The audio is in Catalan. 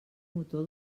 motor